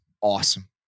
awesome